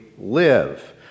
live